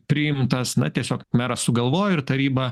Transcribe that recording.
priimtas na tiesiog meras sugalvojo ir taryba